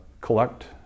collect